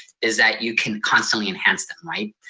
is that you can constantly enhance them, right?